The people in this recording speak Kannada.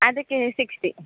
ಅದಕ್ಕೆ ಸಿಕ್ಶ್ಟಿ